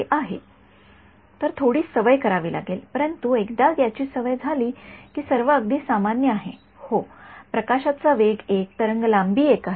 तर थोडी सवय करावी लागेल परंतु एकदा याची सवय झाली कि सर्व अगदी सामान्य आहे होय प्रकाशाचा वेग १ तरंग लांबी १ आहे